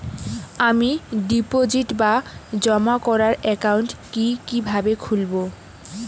আমি ডিপোজিট বা জমা করার একাউন্ট কি কিভাবে খুলবো?